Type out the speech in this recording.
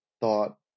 thought